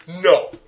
No